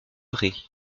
ray